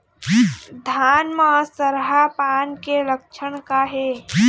धान म सरहा पान के लक्षण का हे?